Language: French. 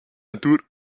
entoure